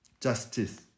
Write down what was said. justice